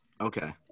okay